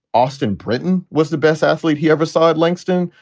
austin brinton, was the best athlete he ever saw at langston.